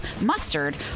mustard